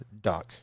duck